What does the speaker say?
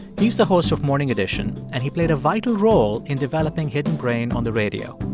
he's the host of morning edition, and he played a vital role in developing hidden brain on the radio.